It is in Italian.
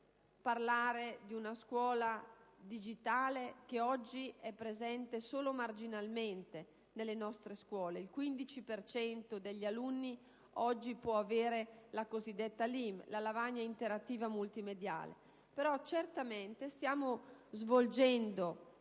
parlare della scuola digitale, oggi presente solo marginalmente nelle nostre scuole, il 15 per cento degli alunni oggi può disporre della cosiddetta LIM, la lavagna interattiva multimediale: certamente stiamo svolgendo